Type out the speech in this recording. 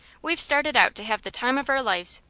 we've started out to have the time of our lives,